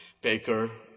baker